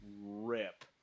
rip